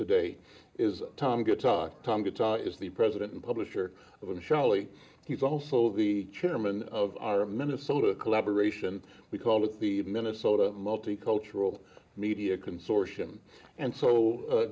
guitar is the president and publisher of the shelley he's also the chairman of our minnesota collaboration we call it the minnesota multicultural media consortium and so